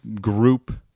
group